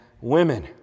women